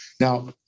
Now